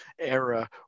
era